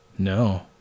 No